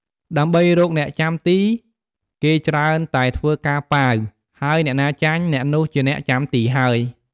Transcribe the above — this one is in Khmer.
ដើម្បីរកអ្នកចាំទី គេច្រើនតែធ្វើការប៉ាវ ហើយអ្នកណាចាញ់ អ្នកនោះជាអ្នកចាំទីហើយ។